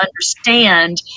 understand